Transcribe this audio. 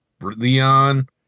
Leon